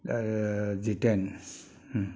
Jiten